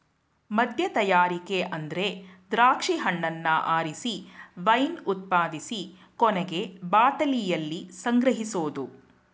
ಮದ್ಯತಯಾರಿಕೆ ಅಂದ್ರೆ ದ್ರಾಕ್ಷಿ ಹಣ್ಣನ್ನ ಆರಿಸಿ ವೈನ್ ಉತ್ಪಾದಿಸಿ ಕೊನೆಗೆ ಬಾಟಲಿಯಲ್ಲಿ ಸಂಗ್ರಹಿಸೋದು